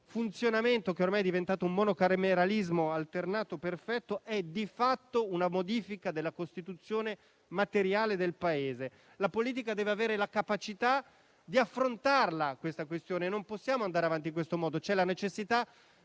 di funzionamento, che ormai è diventato un monocameralismo alternato perfetto, è di fatto una modifica della Costituzione materiale del Paese. La politica deve avere la capacità di affrontare la questione, non possiamo andare avanti in questo modo. Vi è la necessità